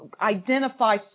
identify